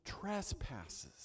trespasses